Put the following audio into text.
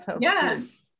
Yes